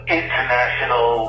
international